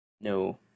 No